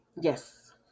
Yes